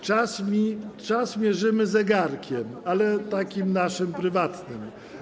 Czas mierzymy zegarkiem, ale takim naszym prywatnym.